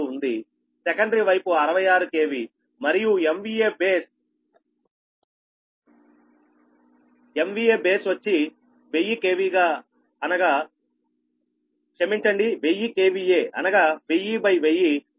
66 ఉందిసెకండరీ వైపు 66 KV మరియు base వచ్చి 1000 KVA అనగా 100010001 MVA